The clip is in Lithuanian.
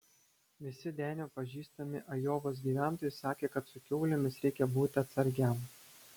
visi denio pažįstami ajovos gyventojai sakė kad su kiaulėmis reikia būti atsargiam